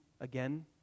again